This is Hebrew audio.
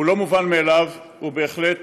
הוא לא מובן מאליו, ובהחלט